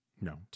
No